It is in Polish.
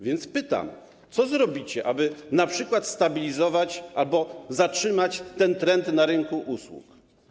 Więc pytam, co zrobicie, aby np. stabilizować albo zatrzymać ten trend na rynku usług.